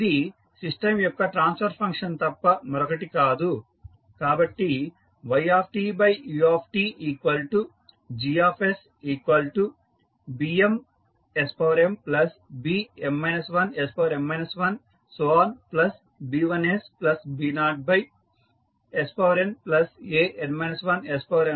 ఇది సిస్టం యొక్క transfer function తప్ప మరొకటి కాదు కాబట్టి ytutGsbmsmbm 1sm 1b1sb0snan 1sn 1